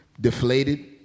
deflated